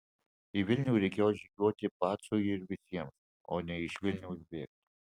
į vilnių reikėjo žygiuoti pacui ir visiems o ne iš vilniaus bėgti